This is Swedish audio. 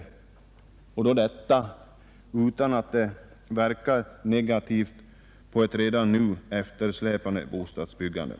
Detta skall kunna ske utan att det verkar negativt på ett redan nu eftersläpande bostadsbyggande.